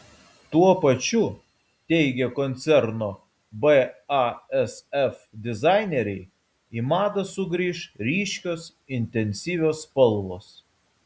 tuo pačiu teigia koncerno basf dizaineriai į madą sugrįš ryškios intensyvios spalvos